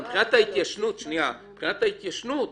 מבחינת ההתיישנות,